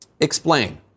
Explain